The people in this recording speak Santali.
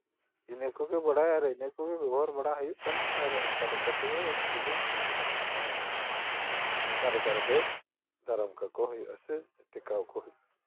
ᱤᱱᱟᱹ ᱠᱚᱜᱮ ᱵᱟᱰᱟᱭ ᱟᱨ ᱤᱱᱟᱹ ᱠᱚᱜᱮ ᱵᱮᱵᱚᱦᱟᱨ ᱦᱩᱭᱩᱜ ᱠᱟᱱᱟ ᱟᱨ ᱚᱝᱠᱟᱞᱮᱠᱟ ᱛᱮᱜᱮ ᱩᱱᱠᱩ ᱫᱚ ᱚᱝᱠᱟᱞᱮᱠᱟ ᱨᱮᱜᱮ ᱫᱟᱨᱟᱢ ᱠᱟᱠᱚ ᱦᱩᱭᱩᱜᱼᱟ ᱥᱮ ᱴᱮᱠᱟᱣ ᱠᱚ ᱦᱩᱭᱩᱜᱼᱟ